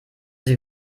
sie